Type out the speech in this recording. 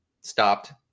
stopped